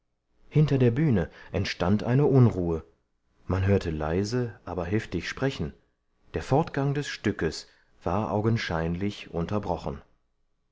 hinter der bühne entstand eine unruhe man hörte leise aber heftig sprechen der fortgang des stückes war augenscheinlich unterbrochen